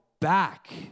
back